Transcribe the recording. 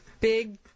big